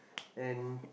and